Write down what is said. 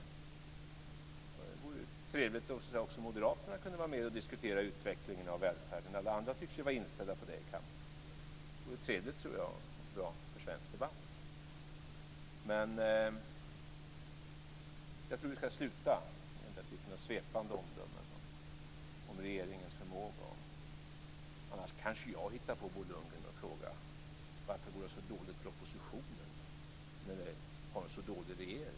Det vore trevligt om Moderaterna kunde vara med och diskutera utvecklingen av välfärden. Alla andra i kammaren tycks vara inställda på det. Det vore trevligt och bra för svensk debatt. Vi ska sluta med den typen av svepande omdömen om regeringens förmåga. Annars kanske jag hittar på någon fråga, Bo Lundgren, om varför det går så dåligt för oppositionen med en så dålig regering.